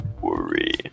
worry